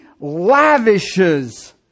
lavishes